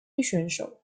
选手